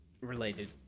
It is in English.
related